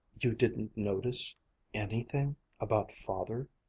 you didn't notice anything about father?